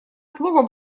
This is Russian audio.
слово